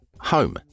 Home